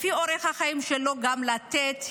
לפי אורח החיים שלו צריך גם לתת הזדמנות,